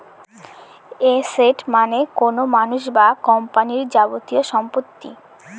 asset মানে কোনো মানুষ বা কোম্পানির যাবতীয় সম্পত্তি